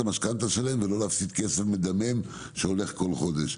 המשכנתא שלהם ולא להפסיד כסף מדמם שהולך כל חודש.